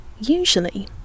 usually